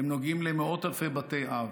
הם נוגעים למאות אלפי בתי אב.